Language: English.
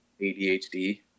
ADHD